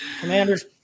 Commanders